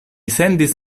sendis